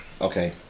Okay